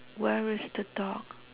where is the dog